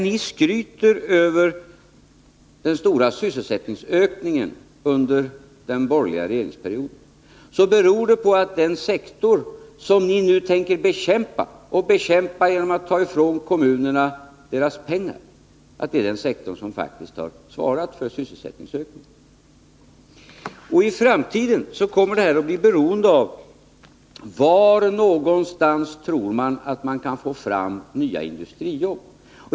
Den stora 20 november 1980 sysselsättningsökning under den borgerliga regeringsperioden som ni skryter över beror på den sektor som ni nu tänker bekämpa genom att ta ifrån kommunerna deras pengar. Det är denna sektor som faktiskt har svarat för sysselsättningsökningen. I framtiden kommer sysselsättningsökningen att bli beroende av var man kan få fram nya industrijobb.